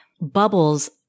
bubbles